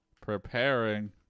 preparing